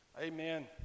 amen